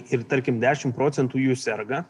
ir tarkim dešimt procentų jų serga